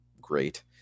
great